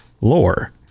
lore